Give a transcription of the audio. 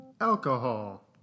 Alcohol